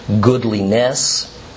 goodliness